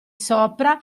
sopra